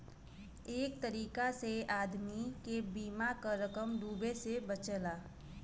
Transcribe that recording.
एक तरीका से आदमी के बीमा क रकम डूबे से बचला